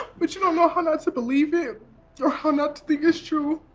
but you don't know how not to believe it or how not to think it's true.